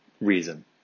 reason